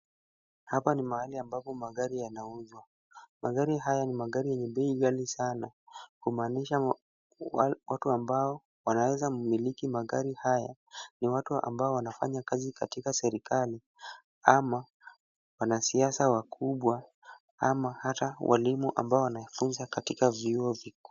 Hapa ni mahali ambapo magari yanauzwa. Magari haya ni magari yenye bei ghali sana kumaanisha watu ambao wanaeza miliki magari haya ni watu ambao wanafanya kazi katika serikali ama wanasiasa wakubwa ama hata walimu ambao wanafunza katika vyuo vikuu.